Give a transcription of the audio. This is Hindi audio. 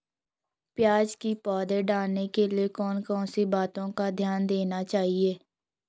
प्याज़ की पौध डालने के लिए कौन कौन सी बातों का ध्यान देना चाहिए?